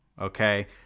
okay